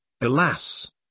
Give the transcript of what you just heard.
Alas